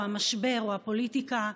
המשבר או הפוליטיקה.